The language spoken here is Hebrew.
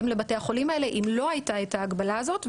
לבתי החולים האלה אם לא הייתה ההגבלה הזאת,